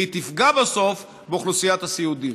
והיא תפגע בסוף באוכלוסיית הסיעודיים.